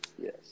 Yes